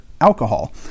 alcohol